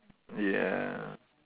ya